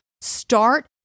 start